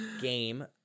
game